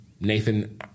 Nathan